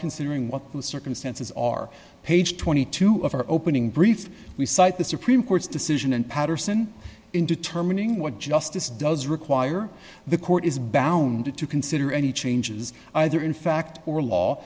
considering what the circumstances are page twenty two dollars of our opening brief we cite the supreme court's decision and patterson in determining what justice does require the court is bound to consider any changes either in fact or law